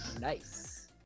nice